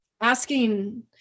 asking